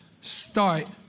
start